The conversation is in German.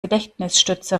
gedächtnisstütze